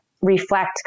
reflect